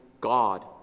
God